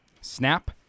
Snap